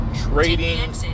trading